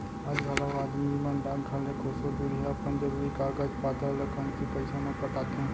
आज घलौ आदमी मन डाकघर ले कोसों दुरिहा अपन जरूरी कागज पातर ल कमती पइसा म पठोथें